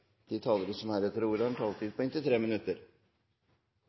De talere som heretter får ordet, har en taletid på inntil 3 minutter.